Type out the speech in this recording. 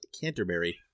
Canterbury